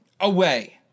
Away